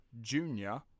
junior